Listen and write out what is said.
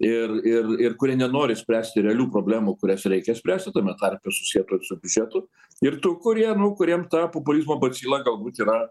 ir ir ir kurie nenori spręsti realių problemų kurias reikia spręsti tame tarpe susietų ir su biudžetu ir tų kuriem nu kuriem ta populizmo bacila galbūt yra